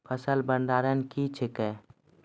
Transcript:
फसल भंडारण क्या हैं?